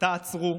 תעצרו.